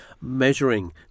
measuring